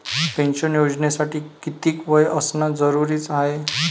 Pension योजनेसाठी कितीक वय असनं जरुरीच हाय?